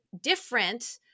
different